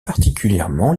particulièrement